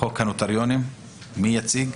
מי יציג?